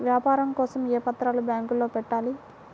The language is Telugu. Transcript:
వ్యాపారం కోసం ఏ పత్రాలు బ్యాంక్లో పెట్టాలి?